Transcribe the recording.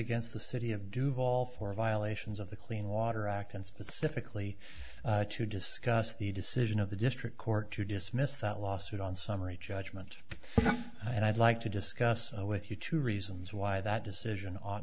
against the city of duvall for violations of the clean water act and specifically to discuss the decision of the district court to dismiss that lawsuit on summary judgment and i'd like to discuss with you two reasons why that decision o